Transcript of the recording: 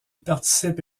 participe